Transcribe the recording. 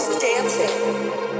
dancing